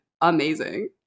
amazing